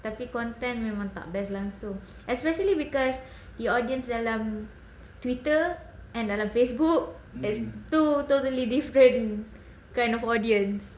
tapi content memang tak best langsung especially because the audience dalam Twitter and dalam Facebook is two totally different kind of audience